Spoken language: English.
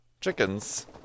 chickens